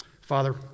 Father